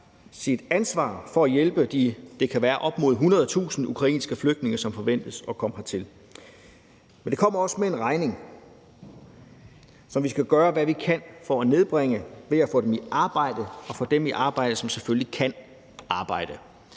sit ansvar for at hjælpe de, det kan være op mod 100.000 ukrainske flygtninge, som forventes at komme hertil. Men det kommer også med en regning, som vi skal gøre, hvad vi kan, for at nedbringe ved at få dem i arbejde og selvfølgelig få dem i arbejde, som kan arbejde.